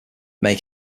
may